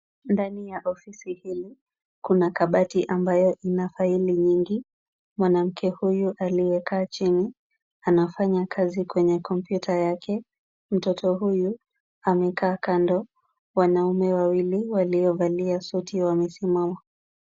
Ndani ya ofisi hili, kuna kabati ambayo ina faili nyingi. Mwanamke huyu aliyekaa chini, anafanya kazi kwenye kompyuta yake. Mtoto huyu amekaa kando. Wanaume wawili waliovalia suti wamesimama.